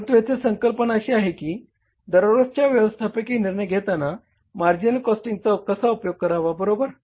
परंतु येथे संकल्पना अशी आहे की दररोजच्या व्यवस्थापकीय निर्णय घेताना मार्जिनल कॉस्टिंगचा कसा उपयोग करावा बरोबर